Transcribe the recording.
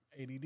ADD